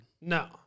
No